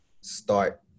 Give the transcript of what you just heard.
start